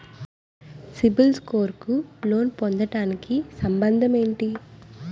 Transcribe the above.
CIBIL score కు loan పొందటానికి సంబంధం ఏంటి?